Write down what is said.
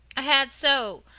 i had so,